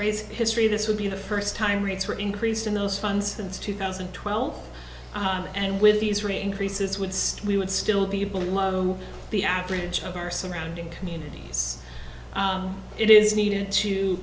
ray's history this would be the first time rates were increased in those funds since two thousand and twelve and with these rate increases with we would still be below the average of our surrounding communities it is needed to